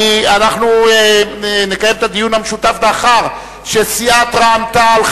אנחנו נקיים את הדיון המשותף לאחר שסיעות רע"ם-תע"ל,